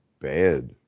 bad